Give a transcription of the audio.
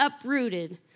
uprooted